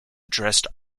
addressed